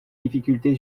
difficulté